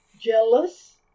jealous